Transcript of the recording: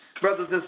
brothers